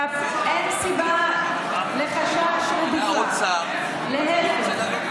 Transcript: ואפילו, אין סיבה לחשש רדיפה, להפך.